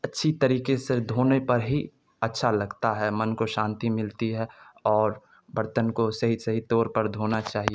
اچھی طریقے سے دھونے پر ہی اچھا لگتا ہے من کو شانتی ملتی ہے اور برتن کو صحیح صحیح طور پر دھونا چاہیے